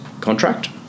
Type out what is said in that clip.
contract